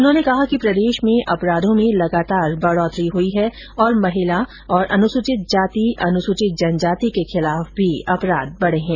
उन्होंने कहा कि प्रदेश में अपराधों में निरन्तर बढोतरी हुई है और महिला और अनुसूचित जाति अनुसूचित जनजाति के खिलाफ भी अपराध बढे हैं